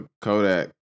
Kodak